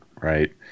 right